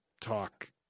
talk